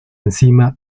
enzima